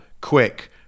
quick